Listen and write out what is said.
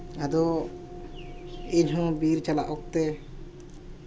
ᱟᱫᱚ ᱤᱧᱦᱚᱸ ᱵᱤᱨ ᱪᱟᱞᱟᱜ ᱚᱠᱛᱮ